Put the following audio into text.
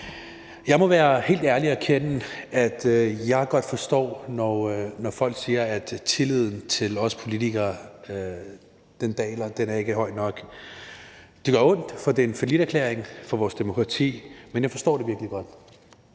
Jeg må være helt ærlig og erkende, at jeg godt forstår, når folk siger, at tilliden til os politikere daler, og at den ikke er høj nok. Det gør ondt, for det er en falliterklæring for vores demokrati, men jeg forstår det virkelig godt.